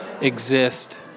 exist